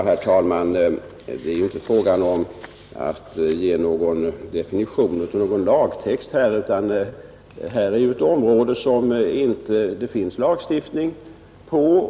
Herr talman! Det är ju inte fråga om att ge en definition av någon lagtext utan det här är ju ett område där det inte finns någon lagstiftning.